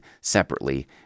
separately